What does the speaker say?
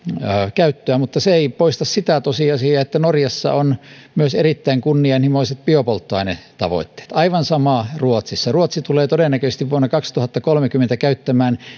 käyttöä mutta se ei poista sitä tosiasiaa että norjassa on myös erittäin kunnianhimoiset biopolttoainetavoitteet aivan sama ruotsissa ruotsi tulee todennäköisesti vuonna kaksituhattakolmekymmentä käyttämään